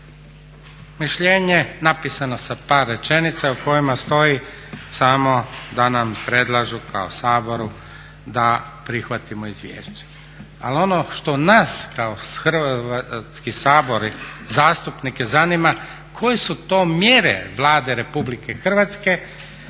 Mišljenje je napisano sa par rečenica u kojima stoji samo da nam predlažu kao Saboru da prihvatimo izvješće. Ali ono što nas kao Hrvatski sabor i zastupnike zanima, koje su to mjere Vlade Republike Hrvatske